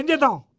and and